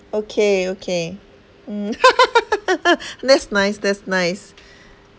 okay okay mm that's nice that's nice